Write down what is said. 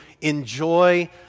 enjoy